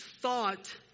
thought